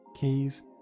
keys